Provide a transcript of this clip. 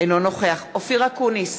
אינו נוכח אופיר אקוניס,